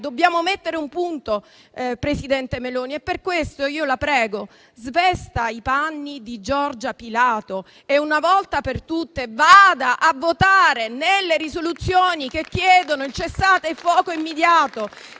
dobbiamo mettere un punto, presidente Meloni. Per questo, la prego, svesta i panni di "Giorgia Pilato" e, una volta per tutte, vada a votare per le risoluzioni che chiedono il cessate il fuoco immediato,